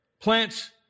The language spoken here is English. plants